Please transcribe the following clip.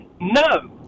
No